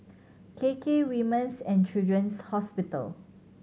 K K Women's And Children's Hospital